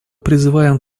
призываем